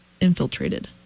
infiltrated